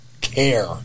care